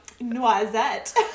Noisette